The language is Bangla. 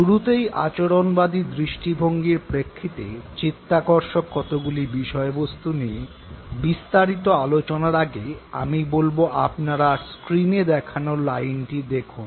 শুরুতেই আচরণবাদী দৃষ্টিভঙ্গির প্রেক্ষিতে চিত্তাকর্ষক কতকগুলি বিষয়বস্তু নিয়ে বিস্তারিত আলোচনার আগে আমি বলব আপনারা স্ক্রীনে দেখানো লাইনটি দেখুন